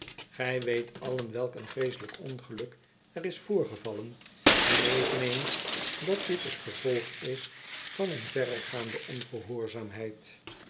gij weet allen welk een vreeselyk ongeluk er is voorgevallen en eveneens dat dit het gevolg is van een verregaande ongehoorzaamheid